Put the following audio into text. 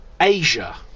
Asia